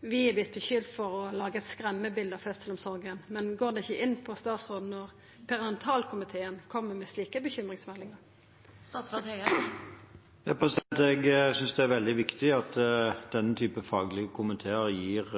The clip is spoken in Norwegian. Vi har vorte skulda for å laga eit skremmebilde av fødselsomsorga, men går det ikkje inn på statsråden når perinatalkomiteen kjem med slike bekymringsmeldingar? Jeg synes det er veldig viktig at denne typen faglige komiteer gir